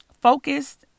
Focused